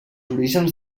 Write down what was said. orígens